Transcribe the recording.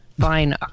fine